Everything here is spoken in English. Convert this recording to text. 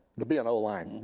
the bno line,